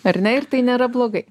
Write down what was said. ar ne ir tai nėra blogai